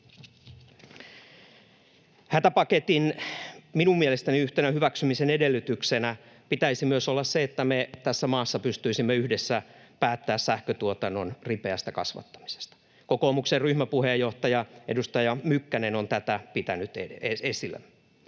hätäpaketin yhtenä hyväksymisen edellytyksenä pitäisi olla myös se, että me tässä maassa pystyisimme yhdessä päättämään sähköntuotannon ripeästä kasvattamisesta. Kokoomuksen ryhmäpuheenjohtaja, edustaja Mykkänen on tätä pitänyt esillä.